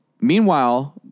Meanwhile